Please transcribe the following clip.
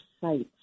sites